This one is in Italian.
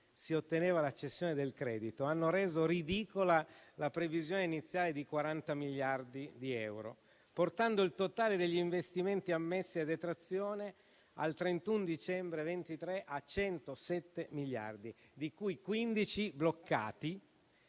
si otteneva la cessione del credito hanno reso ridicola la previsione iniziale di 40 miliardi di euro, portando il totale degli investimenti ammessi a detrazione al 31 dicembre 2023 a 107 miliardi, di cui 15 bloccati